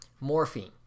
Morphine